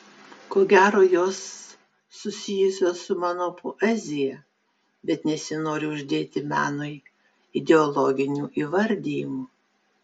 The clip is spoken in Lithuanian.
ko gero jos susijusios su mano poezija bet nesinori uždėti menui ideologinių įvardijimų